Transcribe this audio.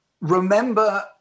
remember